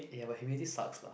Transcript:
eh but humidity sucks lah